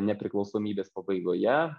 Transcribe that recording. nepriklausomybės pabaigoje